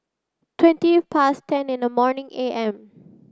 twenty past ten in the morning A M